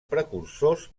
precursors